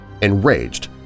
Enraged